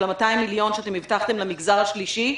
ה-200 מיליון שאתם הבטחתם למגזר השלישי,